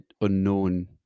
unknown